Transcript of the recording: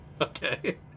Okay